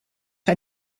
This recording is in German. für